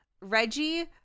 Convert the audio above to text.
Reggie